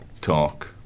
talk